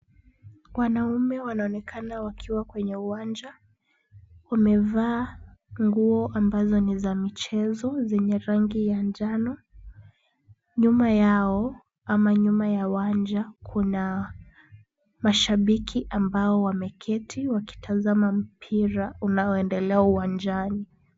Wanaume wanaonekana wakiwa kwenye uwanja. Wamevaa nguo ambazo ni za michezo zenye rangi ya njano. Nyuma yao ama nyuma ya uwanja kuna mashabiki ambao wameketi wakitazama mpira unaoendelea uwanjani.